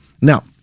Now